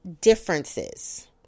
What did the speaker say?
differences